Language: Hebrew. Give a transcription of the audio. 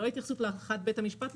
לא התייחסות להערכת בית המשפט.